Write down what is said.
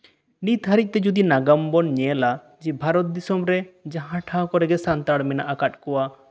ᱱᱤᱛ ᱦᱟᱨᱤᱡ ᱛᱮ ᱡᱩᱫᱤ ᱱᱟᱜᱟᱢ ᱵᱚᱱ ᱧᱮᱞᱟ ᱡᱮ ᱵᱷᱟᱨᱚᱛ ᱫᱤᱥᱚᱢ ᱨᱮ ᱡᱟᱦᱟᱸ ᱴᱷᱟᱶ ᱠᱚᱨᱮ ᱜᱮ ᱥᱟᱱᱛᱟᱲ ᱢᱮᱱᱟᱜ ᱟᱠᱟᱫ ᱠᱚᱣᱟ